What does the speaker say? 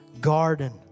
garden